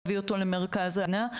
להביא אותו למרכז ההגנה,